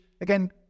again